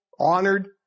honored